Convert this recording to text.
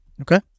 Okay